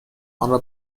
آنرا